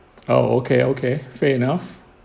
oh okay okay fair enough